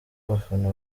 bafana